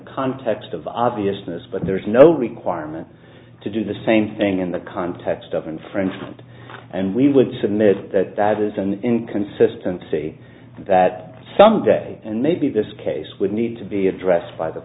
context of obviousness but there is no requirement to do the same thing in the context of infringement and we would submit that that is an inconsistency that some day and maybe this case would need to be addressed by the